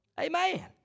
Amen